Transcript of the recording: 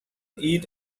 eat